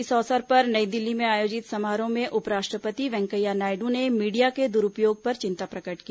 इस अवसर पर नई दिल्ली में आयोजित समारोह में उपराष्ट्रपति वेंकैया नायडू ने मीडिया के दुरूपयोग पर चिंता प्रकट की